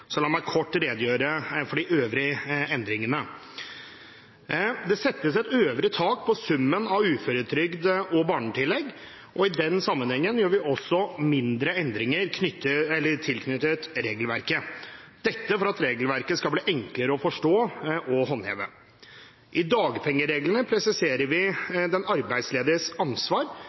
La meg kort redegjøre for de øvrige endringene. Det settes et øvre tak på summen av uføretrygd og barnetillegg, og i den sammenheng gjør vi også mindre endringer i regelverket, dette for at regelverket skal bli enklere å forstå og håndheve. I dagpengereglene presiserer vi